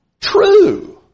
true